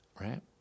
right